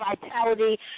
vitality